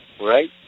right